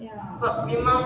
ya